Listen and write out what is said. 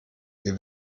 wir